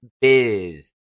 Biz